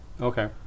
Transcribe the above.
Okay